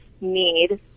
need